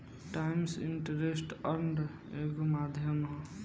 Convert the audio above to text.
times interest earned एगो माध्यम ह